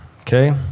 okay